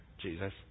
Jesus